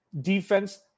Defense